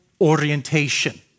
orientation